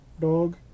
dog